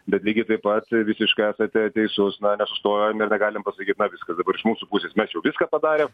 bet lygiai taip pat visiškai esate teisus na nesustojam ir negalim pasakyti viskas dabar iš mūsų pusės mes jau viską padarę